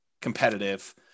competitive